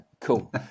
cool